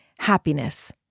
happiness